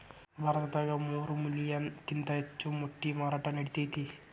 ಭಾರತದಾಗ ಮೂರ ಮಿಲಿಯನ್ ಕಿಂತ ಹೆಚ್ಚ ಮೊಟ್ಟಿ ಮಾರಾಟಾ ನಡಿತೆತಿ